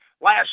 last